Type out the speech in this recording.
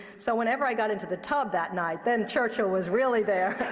so whenever i got into the tub that night, then churchill was really there.